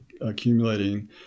accumulating